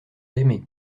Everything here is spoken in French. aimés